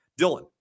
Dylan